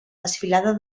desfilada